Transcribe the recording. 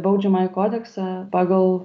baudžiamąjį kodeksą pagal